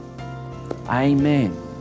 Amen